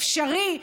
אפשרי,